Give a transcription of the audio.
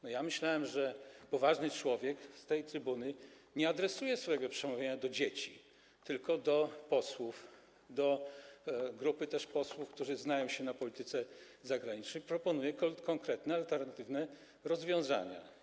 No ja myślałem, że poważny człowiek z tej trybuny nie adresuje swojego przemówienia do dzieci, tylko do posłów, do grupy posłów, którzy też znają się na polityce zagranicznej, proponuje konkretne, alternatywne rozwiązania.